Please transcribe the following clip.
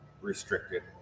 restricted